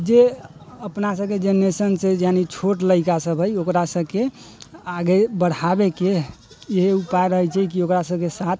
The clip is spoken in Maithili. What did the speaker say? जे अपना सबके जेनेरेशनसँ यानि छोट लड़िका सब हय ओकरा सबके आगे बढ़ाबैके इहे उपाय रहै छै की ओकरा सबके साथ